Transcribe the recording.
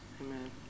Amen